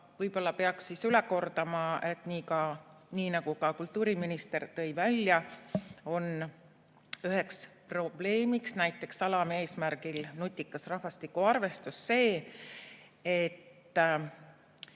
Võib-olla peaks üle kordama, et nii nagu ka kultuuriminister tõi välja, on üheks probleemiks näiteks alaeesmärgil "Nutikas rahvastikuarvestus" see, et